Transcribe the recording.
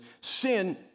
Sin